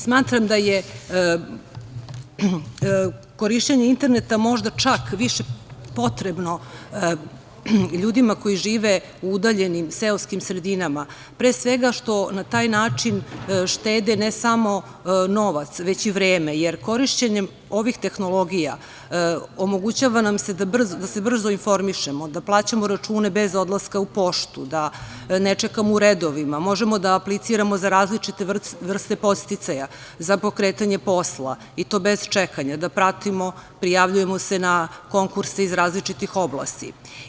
Smatram da je korišćenje interneta možda čak više potrebno ljudima koji žive u udaljenim seoskim sredinama, pre svega što na taj način štede ne samo novac veći i vreme, jer korišćenjem ovih tehnologija omogućava nam se da se brzo informišemo, da plaćamo račune bez odlaska u poštu, da ne čekamo u redovima, možemo da apliciramo za različite vrste podsticaja za pokretanje posla i to bez čekanja, da pratimo prijavljujemo se na konkurse iz različitih oblasti.